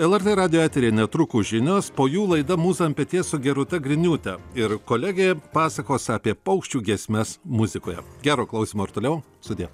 lrt radijo eteryje netrukus žinios po jų laida mūza ant peties su gerūta griniūte ir kolegė pasakos apie paukščių giesmes muzikoje gero klausymo ir toliau sudie